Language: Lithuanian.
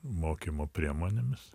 mokymo priemonėmis